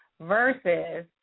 versus